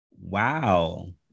Wow